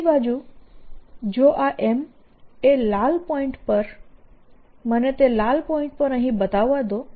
બીજી બાજુ જો આ M એ લાલ પોઈન્ટ પર મને તે લાલ પોઈન્ટ અહીં બતાવવા દો